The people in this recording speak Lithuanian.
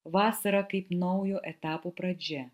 vasara kaip naujo etapo pradžia